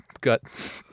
gut